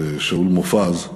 ושאול מופז,